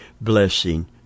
blessing